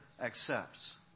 accepts